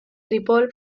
ripoll